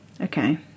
Okay